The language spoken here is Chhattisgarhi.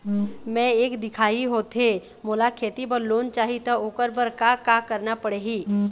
मैं एक दिखाही होथे मोला खेती बर लोन चाही त ओकर बर का का करना पड़ही?